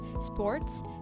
sports